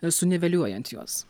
ir suniveliuojant juos